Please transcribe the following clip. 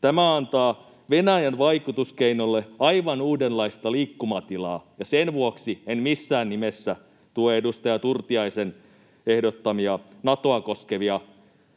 Tämä antaa Venäjän vaikutuskeinoille aivan uudenlaista liikkumatilaa, ja sen vuoksi en missään nimessä tue edustaja Turtiaisen ehdottamia Natoa koskevia esityksiä